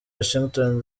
washington